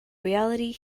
reality